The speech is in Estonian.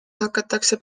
hakatakse